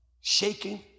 shaking